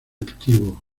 activo